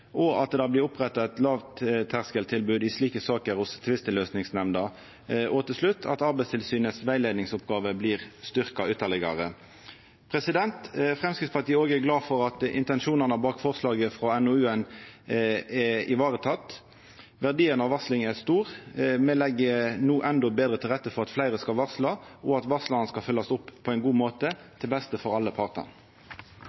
at det blir oppretta eit lågterskeltilbod i slike saker hos Tvisteløysingsnemnda at Arbeidstilsynets rettleiingsoppgåver blir styrkte ytterlegare Framstegspartiet er òg glad for at intensjonane bak forslaget frå NOU-en er ivaretekne. Verdien av varsling er stor. Me legg no endå betre til rette for at fleire skal varsla og at varslaren skal følgjast opp på ein god måte